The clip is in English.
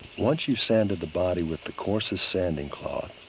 once you sanded the body with the coarsest sanding cloth,